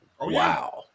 Wow